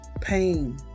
Pain